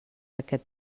aquest